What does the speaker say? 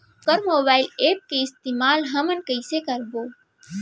वोकर mobile app के इस्तेमाल हमन कइसे करबो?